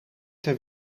ter